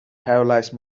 paralysed